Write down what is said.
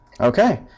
Okay